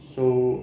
so